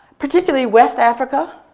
particularly west africa,